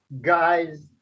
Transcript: guys